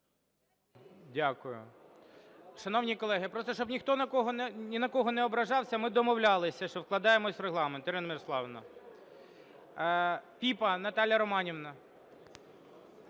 Дякую. Шановні колеги, просто, щоб ніхто ні на кого не ображався, ми домовлялися, що вкладаємося в Регламент. Ірина Мирославівна! Піпа Наталія Романівна.